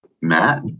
Matt